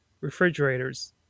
refrigerators